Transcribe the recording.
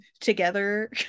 together